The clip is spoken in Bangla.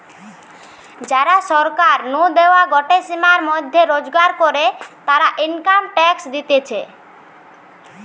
যারা সরকার নু দেওয়া গটে সীমার মধ্যে রোজগার করে, তারা ইনকাম ট্যাক্স দিতেছে